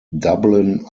dublin